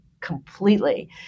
completely